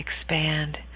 expand